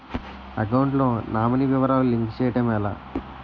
Account లో nominee వివరాలు link చేయటం ఎలా?